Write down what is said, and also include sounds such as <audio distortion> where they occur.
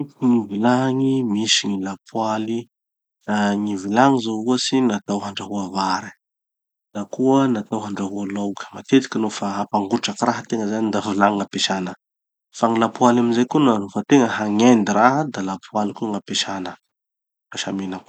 <audio distortion> gny vilagny, misy gny lapoaly. Ah gny vilagny zao ohatsy natao handrahoa vary na koa natao handrahoa laoky. Matetiky nofa hampangotraky raha tegna zany da vilagny gn'ampesana. Fa gny lapoaly amizay koa nofa tegna hagnendy raha da lapoaly koa gn'ampesana. Fa samby ilana.